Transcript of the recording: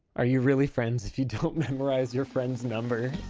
are you really friends if you don't memorize your friends number?